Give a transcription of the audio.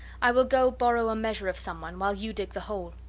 i will go borrow a measure of someone, while you dig the hole.